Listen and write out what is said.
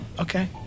Okay